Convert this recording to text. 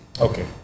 Okay